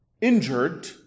injured